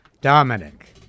Dominic